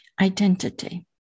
Identity